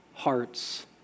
hearts